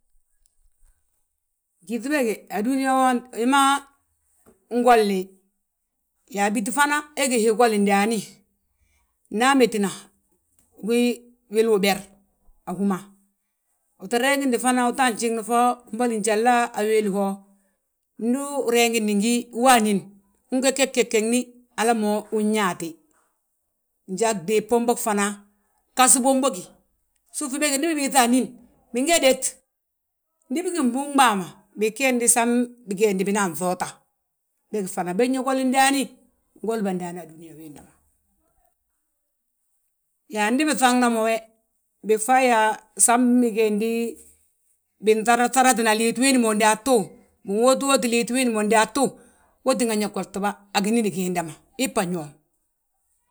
gyíŧi bége a dúniyaa wo bigi ma ngolini, yaa bíti fana he gí hii gole ndaani. Nda amétina we gí wilu uber a hú ma, uto reeŋi fana uto a fnjiŋni fo mbolo njala a wéli ho, ndu ureeŋidi hí wo anín. Unge geg gegeni hala ma unyaati, njan gdíb bombog fana, ghab bombogi, sugi bége ndi bibiiŧa anín, binge dét. Ndi bigi mbúŋm bàa ma, bigeendi sam bigeg binan ŧoota, bég fana bég ño goli ndaani, ngolibà ndaani a dúniyaa wiinda ma. Yaa ndi biŧagna mo we, bifayi yaa sam bigédi, binŧaratŧaratna liiti wiindi ma daatu, binwóoti wóoti liiti wiindi ma undaatu, wee tínga ñe goltibà a ginín giinda ma ibba ñoom.